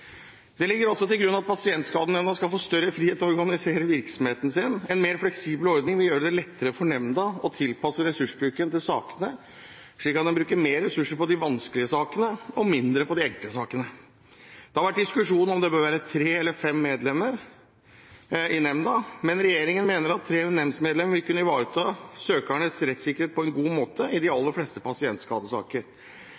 Det ligger også til grunn at Pasientskadenemnda skal få større frihet til å organisere virksomheten sin. En mer fleksibel ordning vil gjøre det lettere for nemnda å tilpasse ressursbruken til sakene, slik at den kan bruke mer ressurser på de vanskelige sakene og mindre på de enkle sakene. Det har vært diskusjon om det bør være tre eller fem medlemmer i nemnda, men regjeringen mener at tre nemndsmedlemmer vil kunne ivareta søkernes rettssikkerhet på en god måte i de aller fleste pasientskadesaker.